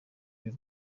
y’u